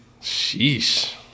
sheesh